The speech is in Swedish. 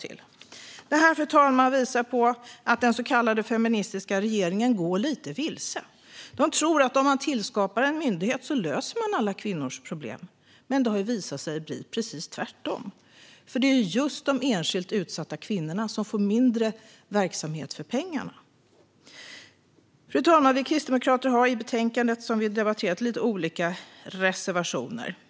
Fru talman! Detta visar att den så kallade feministiska regeringen går lite vilse. De tror att man löser alla kvinnors problem om man tillskapar en myndighet. Men det har visat sig bli precis tvärtom. Det är just de enskilt utsatta kvinnorna som får mindre verksamhet för pengarna. Fru talman! Vi kristdemokrater har några reservationer i detta betänkande.